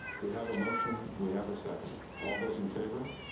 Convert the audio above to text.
we have a motion, we have a second, all those in favor?